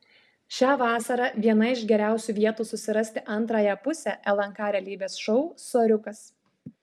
šią vasarą viena iš geriausių vietų susirasti antrąją pusę lnk realybės šou soriukas